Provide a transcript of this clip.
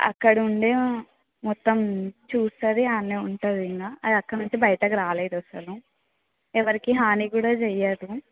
అక్కడ ఉండే మొత్తం చూస్తుంది ఆడ్నే ఉంటుంది ఇంక అది అక్కడి నుంచి బయటకు రాలేదు అసలు ఎవరికి హాని కూడా చెయ్యదు